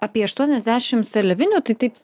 apie aštuoniasdešim seliavinių tai taip